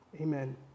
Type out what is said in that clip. Amen